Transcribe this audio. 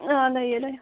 ꯑꯪ ꯂꯩꯌꯦ ꯂꯩꯌꯦ